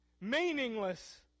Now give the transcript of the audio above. Meaningless